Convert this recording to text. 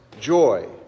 joy